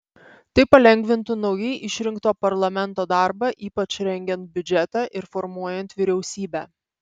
tai palengvintų naujai išrinkto parlamento darbą ypač rengiant biudžetą ir formuojant vyriausybę